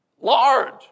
Large